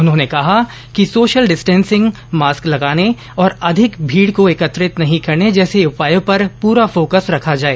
उन्होंने कहा कि सोशल डिस्टेंसिंग मास्क लगाने और अधिक भीड़ को एकत्रित नहीं करने जैसे उपायों पर पूरा फोकस रखा जाए